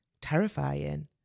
terrifying